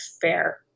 fair